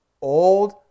old